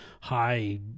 high